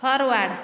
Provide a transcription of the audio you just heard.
forward